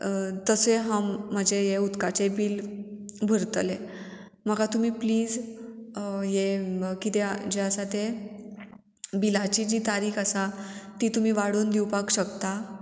तशें हांव म्हाजें हें उदकाचें बील भरतलें म्हाका तुमी प्लीज हें कितें जें आसा तें बिलाची जी तारीख आसा ती तुमी वाडोवन दिवपाक शकता